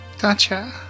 Gotcha